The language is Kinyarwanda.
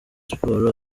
sports